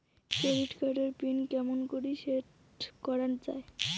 Credit card এর pin কেমন করি সেট করা য়ায়?